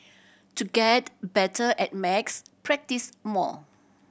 to get better at max practise more